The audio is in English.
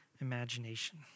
imagination